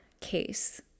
case